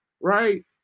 right